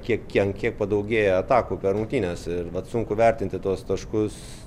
kiek kiek ant kiek padaugėja atakų per rungtynes ir vat sunku vertinti tuos taškus